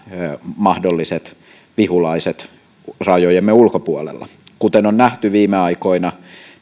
mahdolliset vihulaiset rajojemme ulkopuolella kuten on nähty viime aikoina